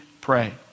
pray